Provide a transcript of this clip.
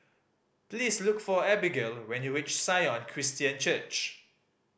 please look for Abagail when you reach Sion Christian Church